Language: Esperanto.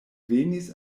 venis